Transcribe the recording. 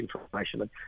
information